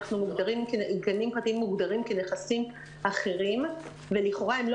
גנים פרטיים מוגדרים כנכסים אחרים ולכאורה הם לא